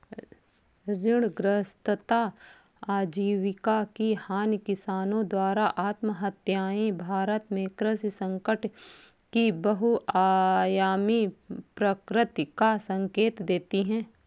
ऋणग्रस्तता आजीविका की हानि किसानों द्वारा आत्महत्याएं भारत में कृषि संकट की बहुआयामी प्रकृति का संकेत देती है